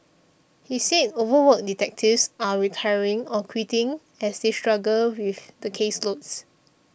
he said overworked detectives are retiring or quitting as they struggle with the caseloads